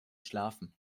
schlafen